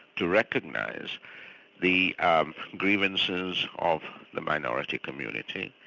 to recognise the um grievances of the minority community,